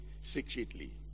secretly